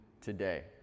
today